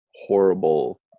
horrible